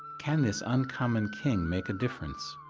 can this uncommon king make a difference?